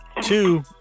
Two